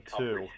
two